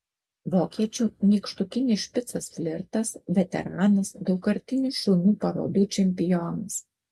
vokiečių nykštukinis špicas flirtas veteranas daugkartinis šunų parodų čempionas